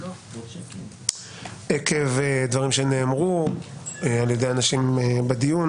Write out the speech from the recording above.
עקב דברים שנאמרו על-ידי אנשים בדיון,